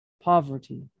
poverty